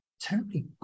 terribly